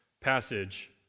passage